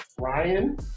Ryan